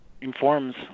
informs